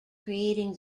creating